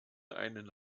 einen